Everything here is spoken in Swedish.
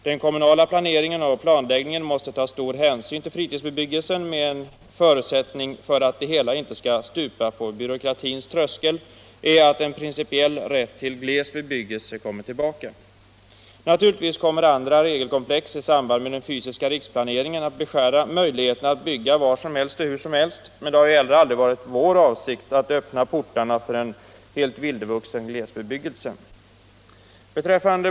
Den kommunala planeringen och planläggningen måste ta stor hänsyn till fritidsbebyggelsen, men en förutsättning för att det hela inte skall stupa på byråkratins tröskel är att en principiell rätt till gles bebyggelse kommer tillbaka. Naturligtvis kommer andra regelkomplex i samband med den fysiska riksplaneringen att beskära möjligheterna att bygga var som helst och hur som helst. men det har ju heller aldrig varit vår avsikt att öppna portarna för en hen vildvuxen glesbebyggelse.